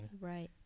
Right